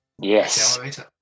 yes